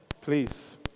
Please